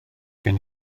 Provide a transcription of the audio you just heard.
gen